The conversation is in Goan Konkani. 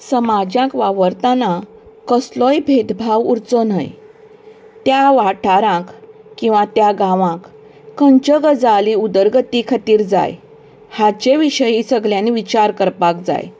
समाजांत वावरतना कसलोय भेदभाव उरचो न्हय त्या वाठाराक किंवां त्या गांवांक खंयच्यो गजालीं उदरगती खातीर जाय हाचें विशयी सगल्यांनी विचार करपाक जाय